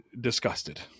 disgusted